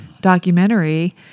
documentary